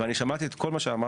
ואני שמעתי את כל מה שאמרתם,